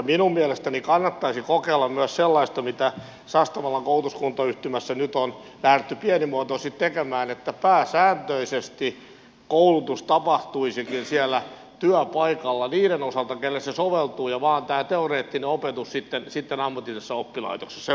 minun mielestäni kannattaisi kokeilla myös sellaista mitä sastamalan koulutuskuntayhtymässä nyt on lähdetty pienimuotoisesti tekemään että pääsääntöisesti koulutus tapahtuisikin siellä työpaikalla niiden osalta joille se soveltuu ja vain tämä teoreettinen opetus tapahtuisi sitten ammatillisessa oppilaitoksessa